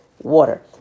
water